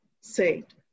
saved